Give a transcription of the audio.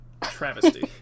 travesty